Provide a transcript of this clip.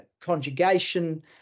conjugation